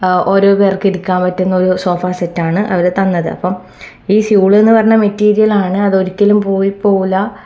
ഓരോ പേർക്ക് ഇരിക്കാൻ പറ്റുന്നൊരു സോഫ സെറ്റാണ് അവർ തന്നത് അപ്പം ഈ സ്യുഡെന്ന് പറഞ്ഞ മെറ്റിരിയലാണ് അതൊരിക്കലും പോയി പോകില്ല